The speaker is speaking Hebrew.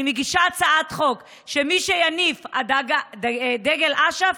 אני מגישה הצעת חוק שמי שיניף דגל אש"ף